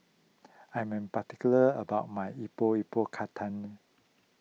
I am particular about my Epok Epok Kentang